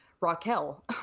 Raquel